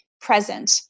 present